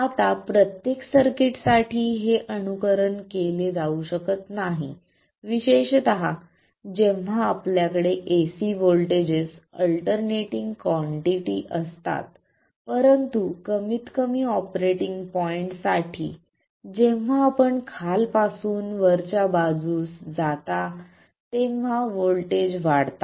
आता प्रत्येक सर्किटसाठी हे अनुकरण केले जाऊ शकत नाही विशेषत जेव्हा आपल्याकडे एसी व्होल्टेज अल्टरनेटिंग कॉन्टिटी असतात परंतु कमीतकमी ऑपरेटिंग पॉईंटसाठी जेव्हा आपण खालपासून वरच्या बाजूस जाता तेव्हा व्होल्टेज वाढतात